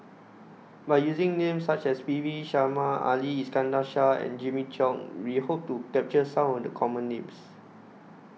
By using Names such as P V Sharma Ali Iskandar Shah and Jimmy Chok We Hope to capture Some of The Common Names